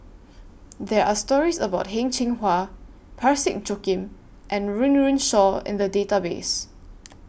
There Are stories about Heng Cheng Hwa Parsick Joaquim and Run Run Shaw in The Database